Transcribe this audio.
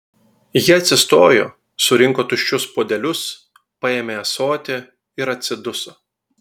ji atsistojo surinko tuščius puodelius paėmė ąsotį ir atsiduso